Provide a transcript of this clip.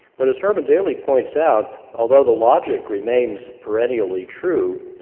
but as herman daly points out, although the logic remains perennially true